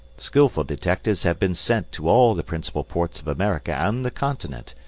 skilful detectives have been sent to all the principal ports of america and the continent,